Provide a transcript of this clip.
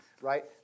right